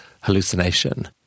hallucination